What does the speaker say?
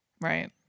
right